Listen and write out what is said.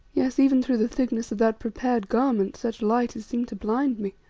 yes, even through the thicknesses of that prepared garment, such light as seemed to blind me.